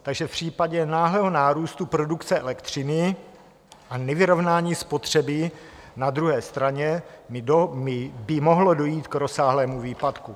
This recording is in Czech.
Takže v případě náhlého nárůstu produkce elektřiny a nevyrovnání spotřeby na druhé straně by mohlo dojít k rozsáhlému výpadku.